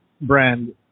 brand